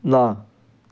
ਨਾ